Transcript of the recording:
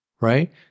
right